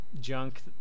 junk